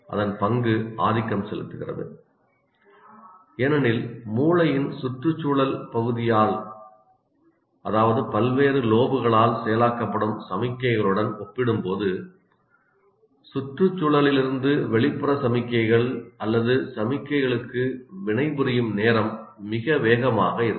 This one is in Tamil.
அதன் பங்கு ஆதிக்கம் செலுத்துகிறது ஏனெனில் மூளையின் சுற்றுச்சூழல் பகுதியால் பல்வேறு லோப்களால் செயலாக்கப்படும் சமிக்ஞைகளுடன் ஒப்பிடும்போது சுற்றுச்சூழலிலிருந்து வெளிப்புற சமிக்ஞைகள் அல்லது சமிக்ஞைகளுக்கு வினைபுரியும் நேரம் மிக வேகமாக இருக்கும்